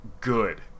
good